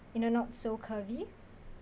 you know not so curvy